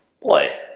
boy